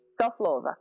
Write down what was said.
self-love